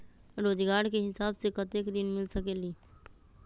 रोजगार के हिसाब से कतेक ऋण मिल सकेलि?